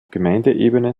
gemeindeebene